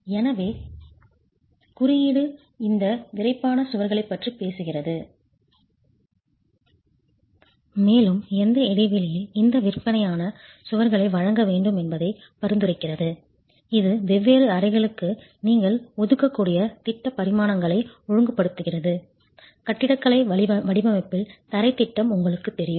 எனவே குறியீடு இந்த விறைப்பான சுவர்களைப் பற்றி பேசுகிறது மேலும் எந்த இடைவெளியில் இந்த விறைப்பான சுவர்களை வழங்க வேண்டும் என்பதை பரிந்துரைக்கிறது இது வெவ்வேறு அறைகளுக்கு நீங்கள் ஒதுக்கக்கூடிய திட்ட பரிமாணங்களை ஒழுங்குபடுத்துகிறது கட்டிடக்கலை வடிவமைப்பில் தரைத் திட்டம் உங்களுக்குத் தெரியும்